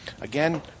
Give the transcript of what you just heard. Again